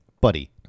buddy